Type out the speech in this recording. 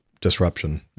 disruption